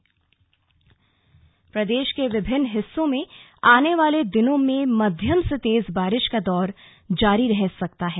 मौसम प्रदेश के विभिन्न हिस्सों में आने वाले दिनों में मध्यम से तेज बारिश का दौर जारी रह सकता है